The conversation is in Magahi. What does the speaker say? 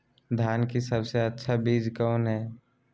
धान की सबसे अच्छा बीज कौन है?